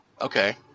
Okay